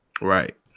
Right